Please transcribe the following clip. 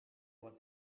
what